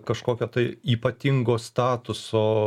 kažkokio ypatingo statuso